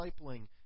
discipling